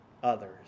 others